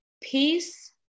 peace